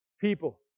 people